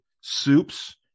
soups